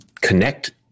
connect